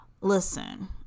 listen